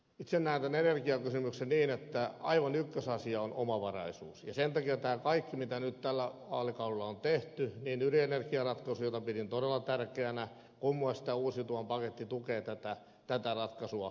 itse näen tämän energiakysymyksen niin että aivan ykkösasia on omavaraisuus ja sen takia tämä kaikki mitä tällä vaalikaudella on tehty niin ydinenergiaratkaisu jota pidin todella tärkeänä kuin myös tämä uusiutuvan paketti tukee tätä ratkaisua